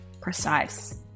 precise